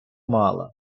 мала